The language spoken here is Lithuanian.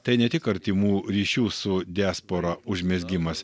tai ne tik artimų ryšių su diaspora užmezgimas